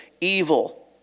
evil